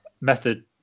Method